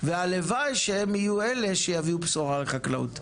והלוואי שהם יהיו אלו שיביאו בשורה לחקלאות,